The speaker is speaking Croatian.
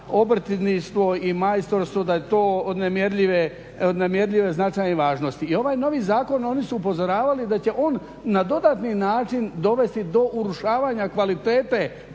obrtništvo i majstorstvo da je to od nemjerljive značajne važnosti i ovaj novi zakon oni su upozoravali da će on na dodatni način dovesti do urušavanja kvalitete